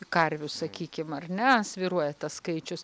karvių sakykim ar ne svyruoja tas skaičius